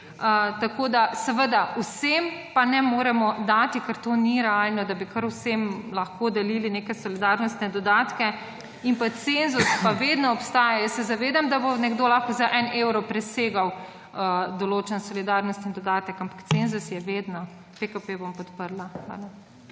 tako da seveda vsem pa ne moremo dati, ker to ni realno, da bi kar vsem lahko delili neke solidarnostne dodatke. In pa cenzus pa vedno obstaja. Jaz se zavedam, da bo nekdo lahko za en evro presegal določen solidarnostni dodatek, ampak cenzus je vedno. PKP bom podprla. Hvala.